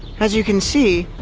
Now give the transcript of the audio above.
as you can see,